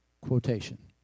quotation